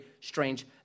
strange